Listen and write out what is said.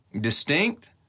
distinct